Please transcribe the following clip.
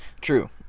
True